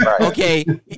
Okay